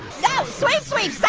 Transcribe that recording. sweep sweep.